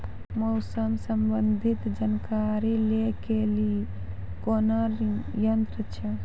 मौसम संबंधी जानकारी ले के लिए कोनोर यन्त्र छ?